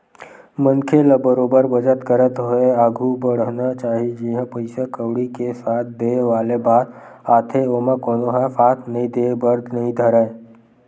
मनखे ल बरोबर बचत करत होय आघु बड़हना चाही जिहाँ पइसा कउड़ी के साथ देय वाले बात आथे ओमा कोनो ह साथ नइ देय बर नइ धरय